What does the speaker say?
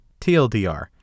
TLDR